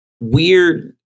weird